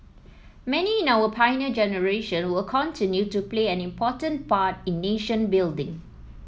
many in our Pioneer Generation will continue to play an important part in nation building